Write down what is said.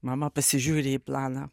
mama pasižiūri į planą